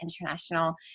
international